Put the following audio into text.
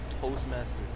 Postmaster